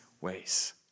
ways